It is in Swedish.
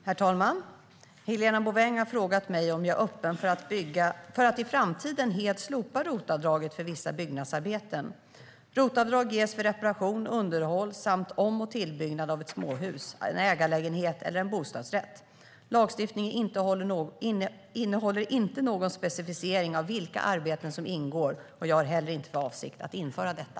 Herr talman! Helena Bouveng har frågat mig om jag är öppen för att i framtiden helt slopa ROT-avdraget för vissa byggnadsarbeten. ROT-avdrag ges för reparation, underhåll samt om och tillbyggnad av ett småhus, en ägarlägenhet eller en bostadsrätt. Lagstiftningen innehåller inte någon specificering av vilka arbeten som ingår. Jag har inte heller för avsikt att införa detta.